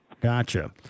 Gotcha